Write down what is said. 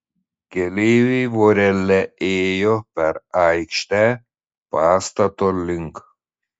keleiviai vorele ėjo per aikštę pastato link